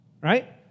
Right